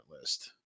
list